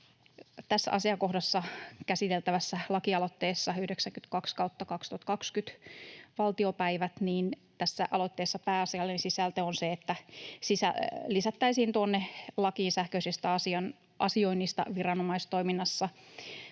Tässä asiakohdassa käsiteltävän lakialoitteen 92 vuoden 2020 valtiopäiviltä pääasiallinen sisältö on se, että sähköisestä asioinnista viranomaistoiminnassa